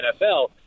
NFL